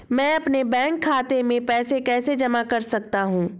मैं अपने बैंक खाते में पैसे कैसे जमा कर सकता हूँ?